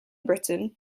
britain